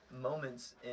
moments